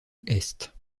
est